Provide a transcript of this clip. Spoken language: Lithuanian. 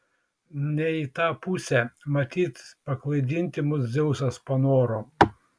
ne į tą pusę matyt paklaidinti mus dzeusas panoro